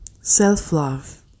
Self-love